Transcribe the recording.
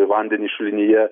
vandenį šulinyje